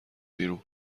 بیرون